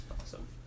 awesome